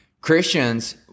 Christians